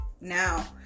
now